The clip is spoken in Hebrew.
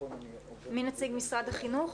מי נציג משרד החינוך?